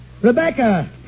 Rebecca